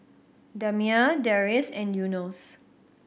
Damia Deris and Yunos